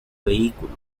vehículo